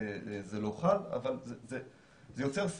אז במסגרת העבודה שהזכרתי מיפינו את שלושת